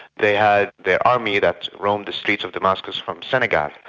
they had the army that roamed the streets of damascus from senegal.